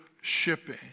shipping